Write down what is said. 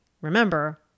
Remember